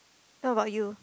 what about you